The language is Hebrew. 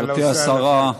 גברתי השרה,